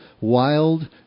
wild